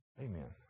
Amen